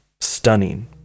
stunning